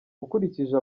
ukurikije